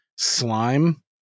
slime